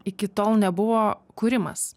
iki tol nebuvo kūrimas